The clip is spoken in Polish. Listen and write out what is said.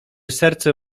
serce